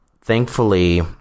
thankfully